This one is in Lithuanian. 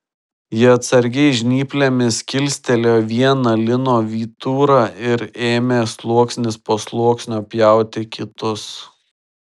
ji atsargiai žnyplėmis kilstelėjo vieną lino vyturą ir ėmė sluoksnis po sluoksnio pjauti kitus